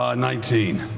ah nineteen.